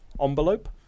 Envelope